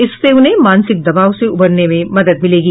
इससे उन्हें मानसिक दबाव से उबरने में मदद मिलेगी